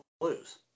lose